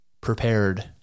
prepared